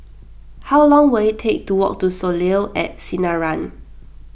how long will it take to walk to Soleil at Sinaran